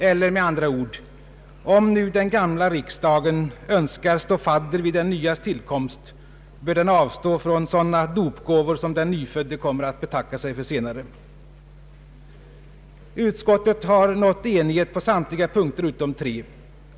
Eller med andra ord: om nu den gamla riksdagen önskar stå fadder vid den nyas tillkomst, bör den avstå från sådana dopgåvor som den nyfödde kommer att betacka sig för senare. Utskottet har nått enighet på samtliga punkter utom tre.